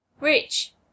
Rich